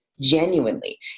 genuinely